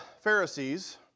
Pharisees